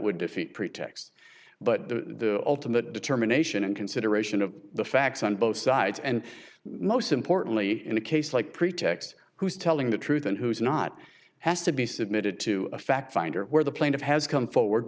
would defeat pretexts but the ultimate determination and consideration of the facts on both sides and most importantly in a case like pretext who's telling the truth and who is not has to be submitted to a fact finder where the plane of has come forward